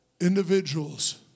individuals